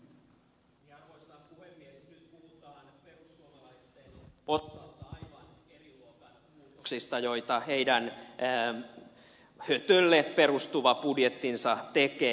nyt puhutaan perussuomalaisten osalta aivan eri luokan muutoksista joita heidän hötölle perustuva budjettinsa tekee